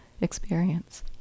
experience